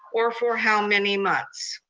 or for how many months.